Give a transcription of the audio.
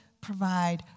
provide